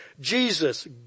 Jesus